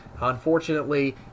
unfortunately